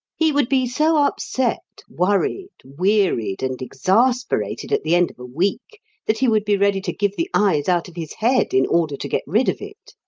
he would be so upset, worried, wearied, and exasperated at the end of a week that he would be ready to give the eyes out of his head in order to get rid of it.